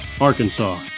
Arkansas